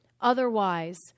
Otherwise